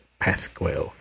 Pasquale